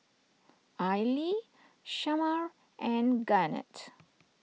Aili Shamar and Garnett